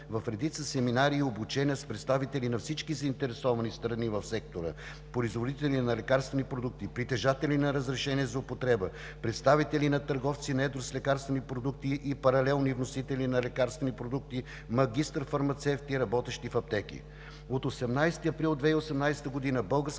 в редица семинари и обучения с представители на всички заинтересовани страни в сектора: производители на лекарствени продукти, притежатели на разрешение за употреба, представители на търговци на едро с лекарствени продукти и паралелни вносители на лекарствени продукти, магистър-фармацевти, работещи в аптеки. От 18 април 2018 г. Българската